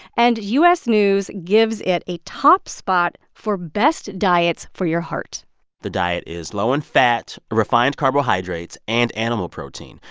and u s. news gives it a top spot for best diets for your heart the diet is low in fat, refined carbohydrates and animal protein,